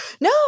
No